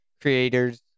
creators